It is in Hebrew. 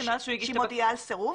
שהיא מודיעה על סירוב?